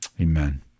Amen